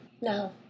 No